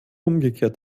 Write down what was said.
umgekehrt